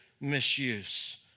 misuse